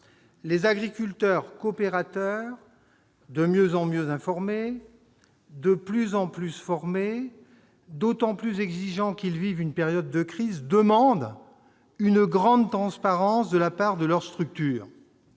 les agriculteurs coopérateurs, de mieux en mieux formés, de plus en plus informés, d'autant plus exigeants qu'ils vivent une période de crise, demandent une grande transparence de la part de leur structure.